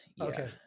Okay